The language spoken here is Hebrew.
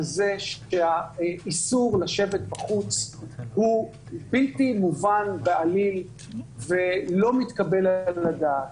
על זה שהאיסור לשבת בחוץ הוא בלתי מובן בעליל ולא מתקבל על הדעת.